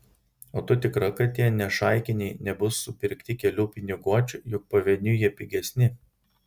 o tu tikra kad tie nešaikiniai nebus supirkti kelių piniguočių juk pavieniui jie pigesni